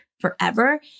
forever